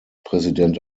präsident